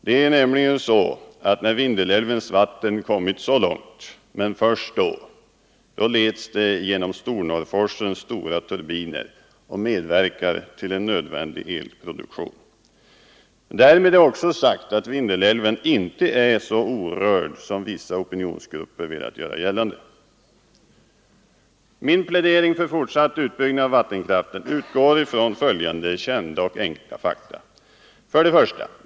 Det är nämligen så, att när Vindelälvens vatten kommit så långt, men först då, leds det genom Stornorrforsens stora turbiner och medverkar till en nödvändig elproduktion. Men därmed är också sagt att Vindelälven inte är så orörd som vissa opinionsgrupper velat göra gällande. Min plädering för fortsatt utbyggnad av vattenkraften utgår ifrån följande kända och enkla fakta. 1.